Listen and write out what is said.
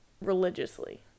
Religiously